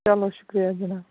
چلو شُکریہ جناب